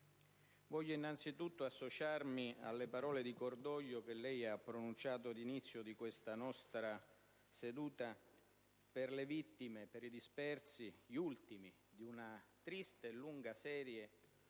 desidero innanzitutto associarmi alle parole di cordoglio da lei pronunciate all'inizio di questa nostra seduta per le vittime e per i dispersi dell'ultima di una lunga, triste serie